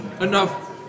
enough